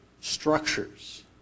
structures